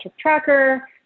tracker